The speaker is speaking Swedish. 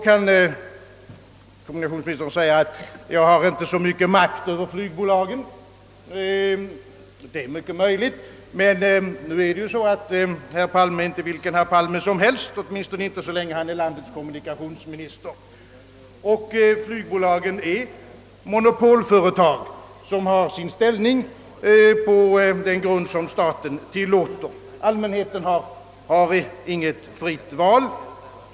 Kommunikationsministern svarar kanske, att han inte har särskilt stor makt över flygbolagen, och det är mycket möjligt att så är fallet. Men han är ju inte vilken herr Palme som helst, åtminstone inte så länge han är landets kommunikationsminister, och flygbolagen är monopolföretag som upprätthåller sin ställning på de villkor staten bestämt. Allmänheten har inget fritt val.